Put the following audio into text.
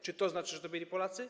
Czy to znaczy, że to byli Polacy?